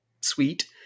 sweet